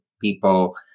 people